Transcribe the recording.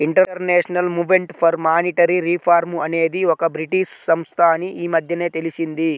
international movement for monetary reform అనేది ఒక British సంస్థ అని ఈ మధ్యనే తెలిసింది